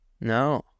No